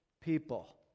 people